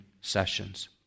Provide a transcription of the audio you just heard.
sessions